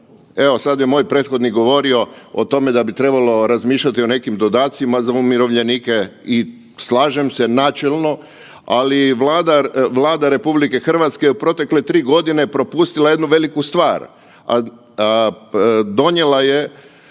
evo sad je moj prethodnik govorio o tome da bi trebalo razmišljati o nekim dodacima za umirovljenike i slažem se načelno, ali Vlada RH je u protekle 3 godine propustila jednu veliku stvar. Donijela je